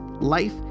life